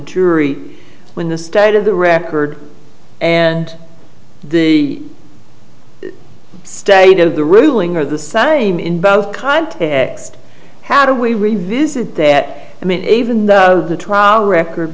jury when the state of the record and the state of the ruling are the same in both kind ext how do we revisit that i mean even though the trial record